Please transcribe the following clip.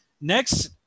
next